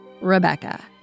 Rebecca